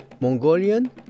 Mongolian